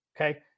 okay